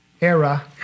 era